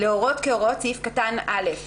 להורות כי הוראות סעיף קטן (א),